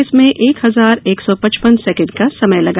इसमें एक हजार एक सौ पचपन सेकण्ड का समय लगा